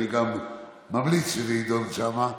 ואני גם ממליץ שזה יידון שם,